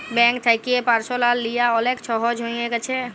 bank থ্যাকে পারসলাল লিয়া অলেক ছহজ হঁয়ে গ্যাছে